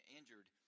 injured